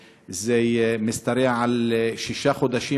ומשתרע על שישה חודשים,